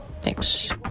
Thanks